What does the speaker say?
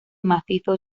macizo